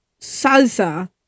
salsa